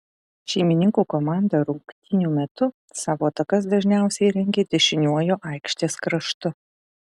šeimininkų komanda rungtynių metu savo atakas dažniausiai rengė dešiniuoju aikštės kraštu